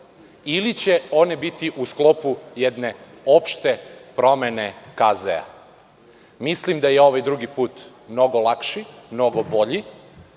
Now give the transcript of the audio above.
ili će one biti u sklopu jedne opšte promene KZ.Mislim da je ovaj drugi put mnogo lakši, mnogo bolji,